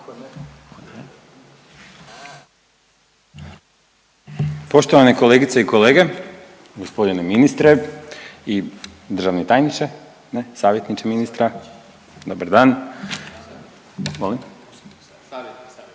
Poštovane kolegice i kolege, g. ministre, državni tajniče, ne savjetniče ministra. Dobar dan. …/Upadica se ne